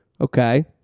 Okay